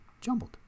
jumbled